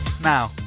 Now